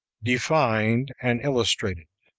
defined and illustrated.